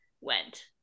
went